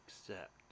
accept